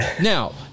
Now